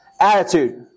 attitude